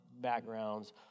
backgrounds